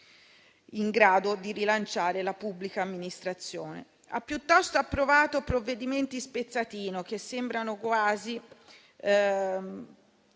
in grado di rilanciare la pubblica amministrazione. Ha piuttosto approvato provvedimenti spezzatino, che sembrano quasi